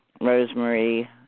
Rosemary